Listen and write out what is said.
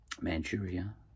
Manchuria